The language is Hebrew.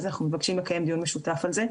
אז אנחנו מבקשים לקיים דיון משותף על זה.